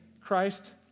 Christ